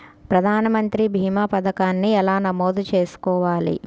ప్రధాన మంత్రి భీమా పతకాన్ని ఎలా నమోదు చేసుకోవాలి?